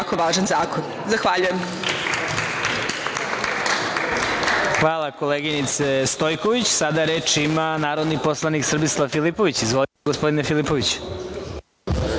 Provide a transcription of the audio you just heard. Hvala, koleginice Stojković. Reč ima narodni poslanik Srbislav Filipović. Izvolite, gospodine Filipoviću.